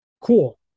Cool